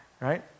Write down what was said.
right